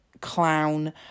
clown